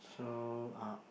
so um